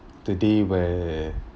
the day where